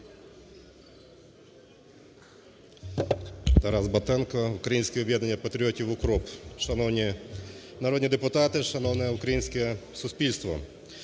ТарасБатенко, "Українське об'єднання патріотів – УКРОП". Шановні народні депутати! Шановне українське суспільство!